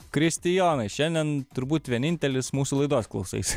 kristijonai šiandien turbūt vienintelis mūsų laidos klausaisi